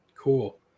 Cool